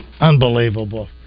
unbelievable